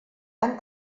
han